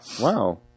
Wow